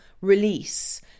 release